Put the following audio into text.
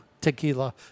tequila